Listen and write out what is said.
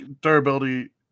durability